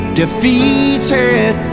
defeated